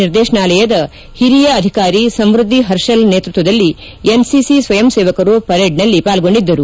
ನಿರ್ದೇಶನಾಲಯದ ಹಿರಿಯ ಅಧಿಕಾರಿ ಸಂವ್ಯದ್ಧಿ ಪರ್ಷಲ್ ನೇತೃತ್ವದಲ್ಲಿ ಎನ್ಸಿಸಿ ಸ್ವಯಂ ಸೇವಕರು ಪೆರೇಡ್ನಲ್ಲಿ ಪಾಲ್ಗೊಂಡಿದ್ದರು